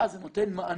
ואז זה נותן מענה